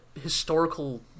historical